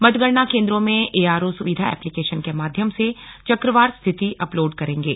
मतगणना केंद्रों में एआरओ सुविधा एप्लीकेशन के माध्यम से चकवार स्थिति अपलोड करेंगे